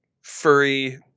furry